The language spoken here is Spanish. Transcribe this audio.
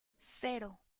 cero